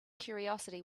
curiosity